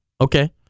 okay